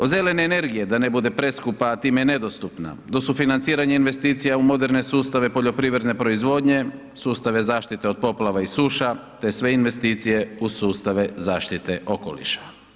Od zelene energije, da ne bude preskupa, a time i nedostupna, do sufinanciranja investicija u moderne sustave poljoprivredne proizvodnje, sustave zaštite od poplava i suša te sve investicije u sustave zaštite okoliša.